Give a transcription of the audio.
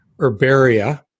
herbaria